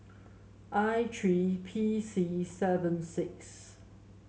I three P C seven six